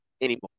anymore